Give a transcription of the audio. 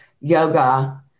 yoga